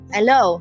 Hello